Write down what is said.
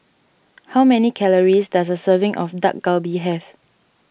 how many calories does a serving of Dak Galbi have